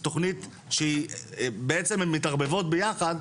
זו תכנית שבעצם הן מתערבבות ביחד,